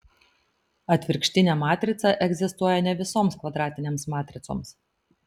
atvirkštinė matrica egzistuoja ne visoms kvadratinėms matricoms